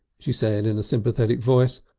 she said in a sympathetic voice,